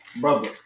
brother